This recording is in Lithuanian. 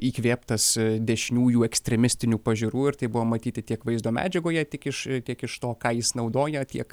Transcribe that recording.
įkvėptas dešiniųjų ekstremistinių pažiūrų ir tai buvo matyti tiek vaizdo medžiagoje tik iš tiek iš to ką jis naudoja tiek